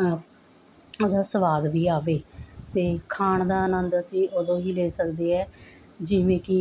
ਉਹਦਾ ਸਵਾਦ ਵੀ ਆਵੇ ਅਤੇ ਖਾਣ ਦਾ ਆਨੰਦ ਅਸੀਂ ਉਦੋਂ ਹੀ ਲੈ ਸਕਦੇ ਹੈ ਜਿਵੇਂ ਕਿ